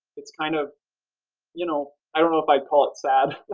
it's kind of you know i don't know if i call it sad,